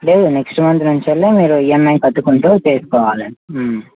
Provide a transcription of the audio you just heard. లేదు next month నుంచల్లా మీరు ఈఎమ్ఐ కట్టుకుంటూ చేసుకోవాలి